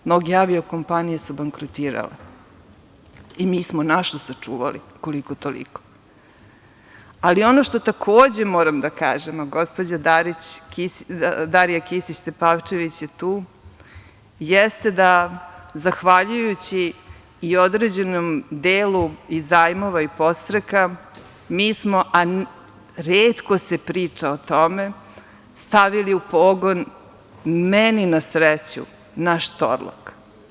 Mnoge avio-kompanije su bankrotirale, mi smo našu sačuvali koliko-toliko, ali ono što takođe moram da kažem, a gospođa Darija Kisić Tepavčević je tu, jeste da zahvaljujući i određenom delu i zajmova i podstreka, mi smo, a retko se priča o tome, stavili u pogon, meni na sreću, naš Torlak.